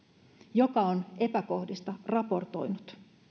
joka on epäkohdista raportoinut